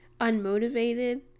unmotivated